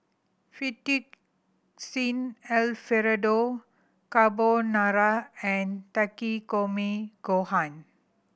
Fettuccine Alfredo Carbonara and Takikomi Gohan